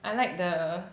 I like the